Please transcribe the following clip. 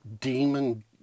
demon